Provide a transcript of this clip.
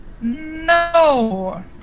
No